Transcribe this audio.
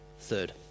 Third